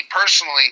personally